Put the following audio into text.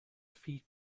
feed